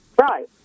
Right